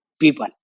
people